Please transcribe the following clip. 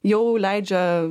jau leidžia